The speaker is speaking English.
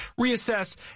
reassess